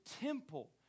temple